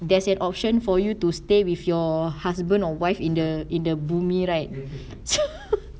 there's an option for you to stay with your husband or wife in the in the bumi right